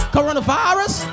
Coronavirus